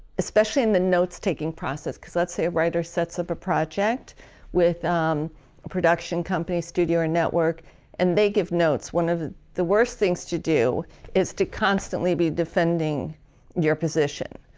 especially in the note taking process because let's say a writer sets up a project with a production company, studio or network and they give notes. one of the worst things to do is to constantly be defending your position.